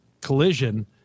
collision